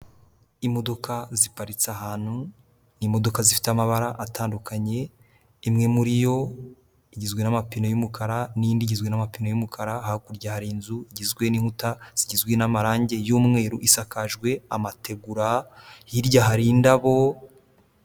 Imodoka ziparitse ahantu, ni imodoka zifite amabara atandukanye, imwe muri yo igizwe n'amapine y'umukara n'indi igizwe n'amapine y'umukara, hakurya hari inzu igizwe n'inkuta zigizwe n'amarangi y'umweru isakajwe amategura, hirya hari indabo.